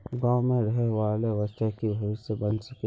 गाँव में रहे वाले बच्चा की भविष्य बन सके?